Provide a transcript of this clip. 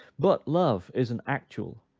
but love is an actual,